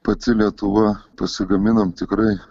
pati lietuva pasigaminam tikrai